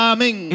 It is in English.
Amen